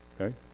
Okay